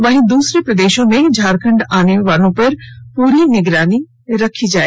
वहीं दूसरे प्रदेशों से झारखंड आने वालों पर पूरी निगरानी रखी जाए